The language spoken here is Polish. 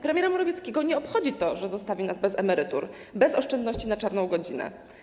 Premiera Morawieckiego nie obchodzi to, że zostawi nas bez emerytur, bez oszczędności na czarną godzinę.